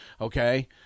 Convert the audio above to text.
Okay